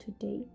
today